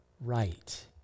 right